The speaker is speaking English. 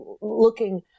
looking